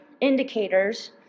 indicators